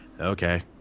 okay